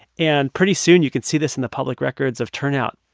and pretty soon, you could see this in the public records of turnout.